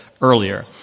earlier